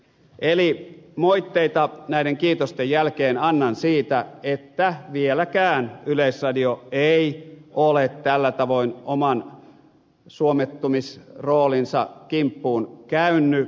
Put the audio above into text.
eli moitteita näiden kiitosten jälkeen annan siitä että vieläkään yleisradio ei ole tällä tavoin oman suomettumisroolinsa kimppuun käynyt